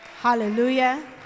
Hallelujah